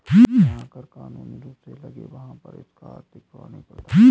जहां कर कानूनी रूप से लगे वहाँ पर इसका आर्थिक प्रभाव नहीं पड़ता